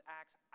acts